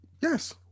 Yes